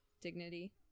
dignity